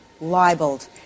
libeled